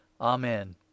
Amen